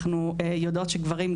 אנחנו יודעות שגברים,